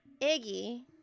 Iggy